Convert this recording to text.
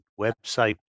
website